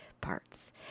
parts